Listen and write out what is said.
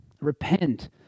repent